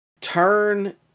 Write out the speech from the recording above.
turn